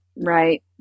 Right